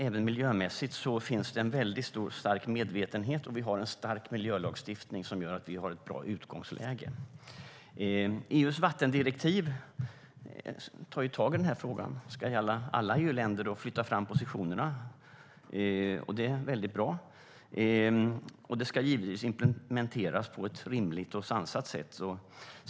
Även miljömässigt finns det alltså en medvetenhet, och vi har en stark miljölagstiftning som gör att vi har ett bra utgångsläge. EU:s vattendirektiv tar tag i den här frågan och ska gälla alla EU-länder och flytta fram positionerna. Det är bra. Det ska givetvis implementeras på ett rimligt och sansat sätt.